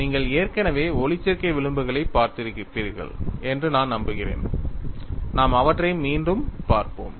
நீங்கள் ஏற்கனவே ஒளிச்சேர்க்கை விளிம்புகளைப் பார்த்திருப்பீர்கள் என்று நான் நம்புகிறேன் நாம் அவற்றை மீண்டும் பார்ப்போம்